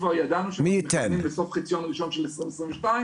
כבר ידענו שמתכוונים לסוף חציו הראשון של 2022,